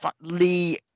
Lee